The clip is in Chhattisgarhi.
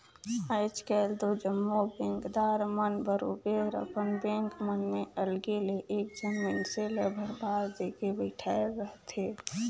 आएज काएल दो जम्मो बेंकदार मन बरोबेर अपन बेंक मन में अलगे ले एक झन मइनसे ल परभार देके बइठाएर रहथे